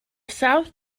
south